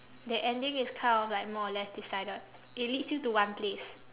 that ending is kind of like more or less decided it leads you to one place